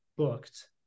Booked